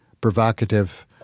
provocative